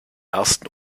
ersten